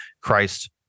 christ